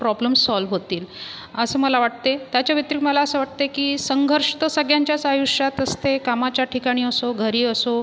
problem solve होतील असं मला वाटते त्याच्या व्यतिरिक्त मला असं वाटतंय की संघर्ष तर सगळ्यांच्याच आयुष्यात असते कामाच्या ठिकाणी असो घरी असो